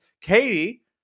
katie